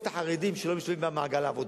את החרדים שלא משתתפים במעגל העבודה.